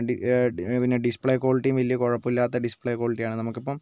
D ഡി പിന്നെ display ക്വാളിറ്റിയും വലിയ കുഴപ്പമില്ലാത്ത ഡിസ്പ്ലേ ക്വാളിറ്റി ആണ് നമുക്കിപ്പം